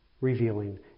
revealing